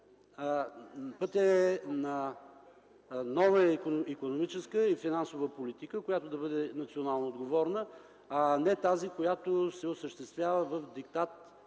Пътят е на нова икономическа и финансова политика, която да бъде национално отговорна, а не тази, която се осъществява под диктат